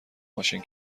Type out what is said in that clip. ماشین